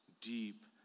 deep